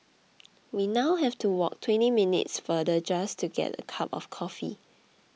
we now have to walk twenty minutes farther just to get a cup of coffee